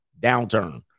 downturn